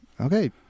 okay